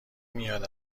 میاد